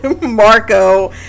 marco